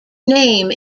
name